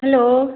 hello